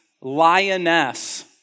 lioness